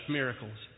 miracles